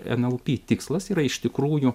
nlp tikslas yra iš tikrųjų